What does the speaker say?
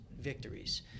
victories